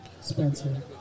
Spencer